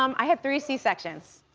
um i had three c-sections.